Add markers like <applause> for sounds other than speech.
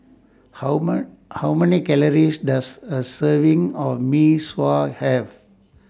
How <unintelligible> How Many Calories Does A Serving of Mee Sua Have